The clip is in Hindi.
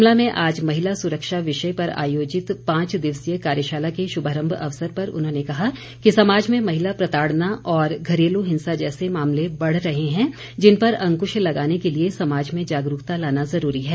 शिमला में आज महिला सुरक्षा विषय पर आयोजित पांच दिवसीय कार्यशाला के श्भारंभ अवसर पर उन्होंने कहा कि समाज में महिला प्रताड़ना और घरेलू हिंसा जैसे मामले बढ़ रहे हैं जिन पर अंकृश लगाने के लिए समाज में जागरूकता लाना ज़रूरी है